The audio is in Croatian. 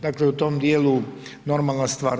Dakle, u tom djelu normalna stvar.